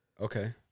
Okay